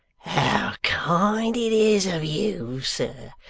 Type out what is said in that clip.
how kind it is of you, sir,